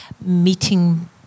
meeting